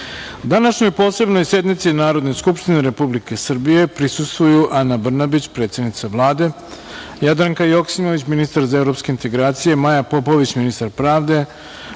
sazivu. Današnjoj Posebnoj sednici Narodne skupštine Republike Srbije prisustvuju Ana Brnabić, predsednica Vlade, Jadranka Joksimović, ministar za evropske integracije, Maja Popović, ministar pravde,